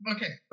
Okay